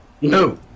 No